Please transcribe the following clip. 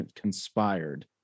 conspired